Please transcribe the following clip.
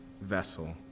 vessel